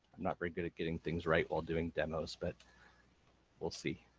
i'm not very good at getting things right while doing demos, but we'll see.